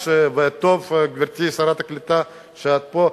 טוב, גברתי שרת הקליטה, שאת פה.